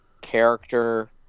character